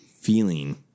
feeling